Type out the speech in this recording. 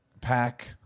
pack